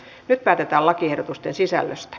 nyt päätetään lakiehdotusten sisällöstä